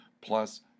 plus